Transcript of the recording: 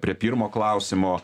prie pirmo klausimo